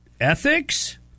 ethics